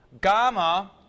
Gamma